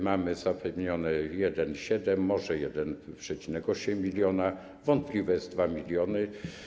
Mamy zapewnione 1,7, może 1,8 mln, wątpliwe jest 2 mln.